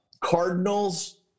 Cardinals